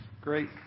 Great